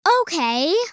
Okay